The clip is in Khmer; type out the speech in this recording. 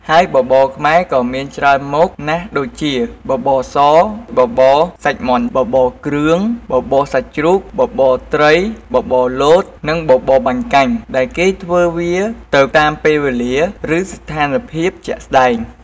ហើយបបរខ្មែរក៏មានច្រើនមុខណាស់ដូចជា បបរស បបរសាច់មាន់ បបរគ្រឿង បបរសាច់ជ្រូក បបរត្រី បបរលត និងបបរបាញ់កាញ់ ដែលគេធ្វើវាទៅតាមពេលវេលាឬស្ថានភាពជាក់ស្តែង។